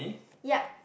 yup